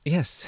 Yes